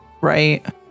Right